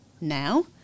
now